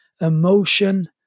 emotion